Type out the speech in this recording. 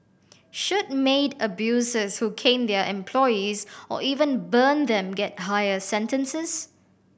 should maid abusers who cane their employees or even burn them get higher sentences